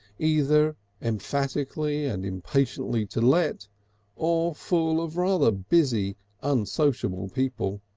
either emphatically and impatiently to let or full of rather busy unsocial people.